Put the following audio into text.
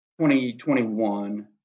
2021